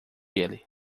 ele